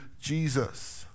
Jesus